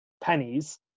pennies